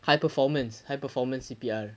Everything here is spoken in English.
high performance high performance C_P_R